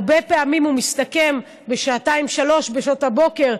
הרבה פעמים הוא מסתכם בשעתיים-שלוש בשעות הבוקר,